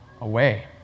away